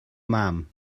mam